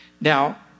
Now